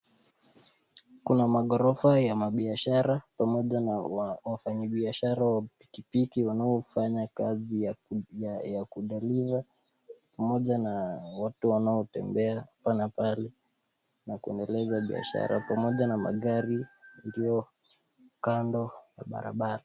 Kuna maghorofa ya biashara pamoja na wafanyi biashara wa pikipiki wanaofanya kazi ya ku deliver pamoja na watu wanao tembea hapa na pale na kuendeleza biashara pamoja na magari iliyo kando ya barabara.